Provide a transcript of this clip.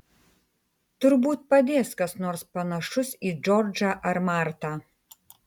turbūt padės kas nors panašus į džordžą ar martą